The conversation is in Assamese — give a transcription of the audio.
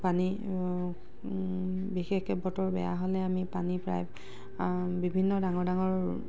পানী বিশেষকৈ বতৰ বেয়া হ'লে আমি প্ৰায় বিভিন্ন ডাঙৰ ডাঙৰ